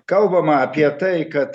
kalbama apie tai kad